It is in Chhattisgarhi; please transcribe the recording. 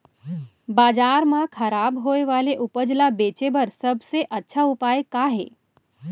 बाजार मा खराब होय वाले उपज ला बेचे बर सबसे अच्छा उपाय का हे?